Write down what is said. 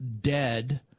dead